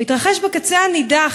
הוא התרחש בקצה הנידח,